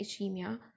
ischemia